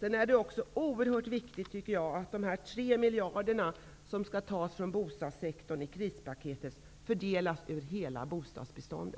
Det är också oerhört viktigt att de 3 miljarder som skall tas från bostadssektorn i och med krispaketet fördelas över hela bostadsbeståndet.